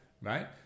right